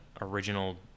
original